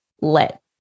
let